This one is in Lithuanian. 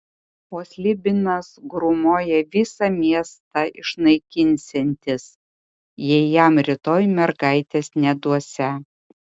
o slibinas grūmoja visą miestą išnaikinsiantis jei jam rytoj mergaitės neduosią